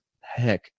heck